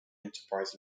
enterprise